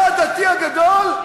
אתה הדתי הגדול?